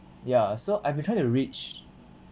ya so I've been trying to reach